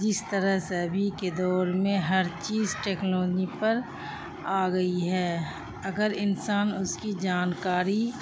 جس طرح سے ابھی کے دور میں ہر چیز ٹیکنالوجی پر آ گئی ہے اگر انسان اس کی جانکاری